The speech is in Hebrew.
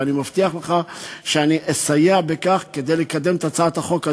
אני מבטיח לך שאסייע לך לקדם את הצעת החוק הזאת.